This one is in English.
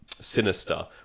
sinister